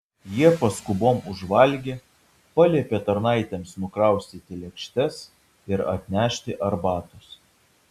jie paskubom užvalgė paliepė tarnaitėms nukraustyti lėkštes ir atnešti arbatos